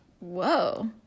Whoa